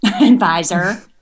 advisor